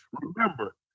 Remember